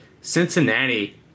Cincinnati